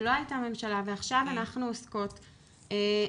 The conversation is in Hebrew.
ולא הייתה ממשלה ועכשיו אנחנו עוסקות בפגישות,